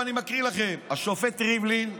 אני מקריא לכם: השופט ריבלין,